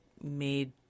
made